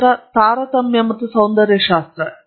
ನಂತರ ತಾರತಮ್ಯ ಮತ್ತು ಸೌಂದರ್ಯಶಾಸ್ತ್ರ